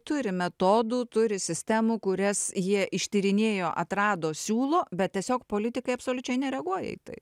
turi metodų turi sistemų kurias jie ištyrinėjo atrado siūlo bet tiesiog politikai absoliučiai nereaguoja į tai